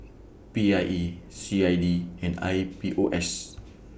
P I E C I D and I P O S